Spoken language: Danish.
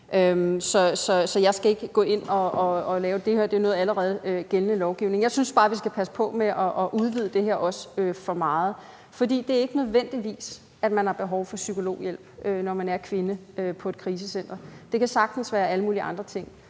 Så jeg skal ikke gå ind og vurdere det – det er allerede gældende lovgivning. Jeg synes bare, vi skal passe på med at udvide det her for meget, for det er ikke nødvendigvis sådan, at man har behov for psykologhjælp, når man er kvinde på et krisecenter – det kan sagtens være alle mulige andre ting.